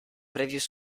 previous